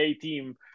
team